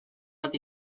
bat